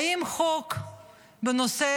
האם החוק בנושא